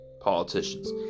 politicians